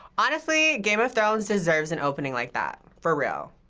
honestly, game of thrones deserves an opening like that for real.